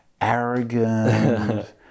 arrogant